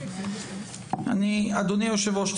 אדוני היושב-ראש,